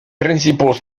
principaux